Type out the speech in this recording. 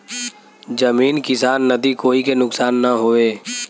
जमीन किसान नदी कोई के नुकसान न होये